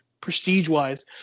prestige-wise